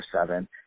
seven